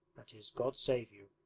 that is, god save you.